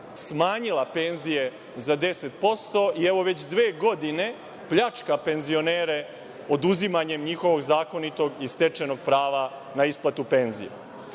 smanjila penzije za 10% i evo već dve godine pljačka penzionere, oduzimanjem njihovog zakonitog i stečenog prava na isplatu penzija. Mi